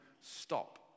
stop